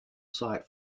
site